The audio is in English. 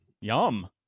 Yum